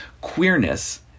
Queerness